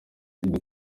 agira